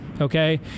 okay